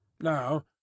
now